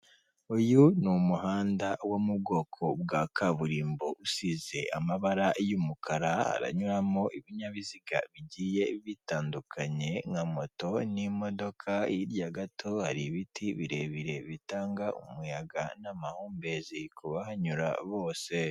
Uyu ni umuhanda wo mu bwoko bwa kaburimbo usize amabara y'umukara haranyuramo ibinyabiziga bigiye bitandukanye nka moto n'imodoka hirya gato hari ibiti birebire bitanga umuyaga n'amahumbezi ku bahanyura bose.